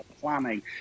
planning